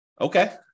Okay